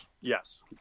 Yes